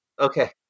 okay